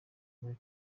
muri